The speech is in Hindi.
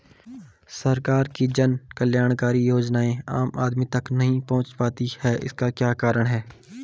सरकार की जन कल्याणकारी योजनाएँ आम आदमी तक नहीं पहुंच पाती हैं इसका क्या कारण है?